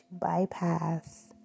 bypass